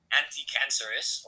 anti-cancerous